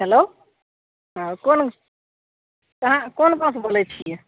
hello हँ कोन कहाँ कोन गामसे बोलै छिए